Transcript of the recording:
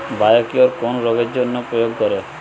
Biocure কোন রোগেরজন্য প্রয়োগ করে?